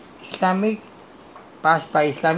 if you are walking if you going down north bridge road